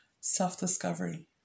self-discovery